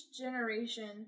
generation